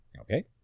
Okay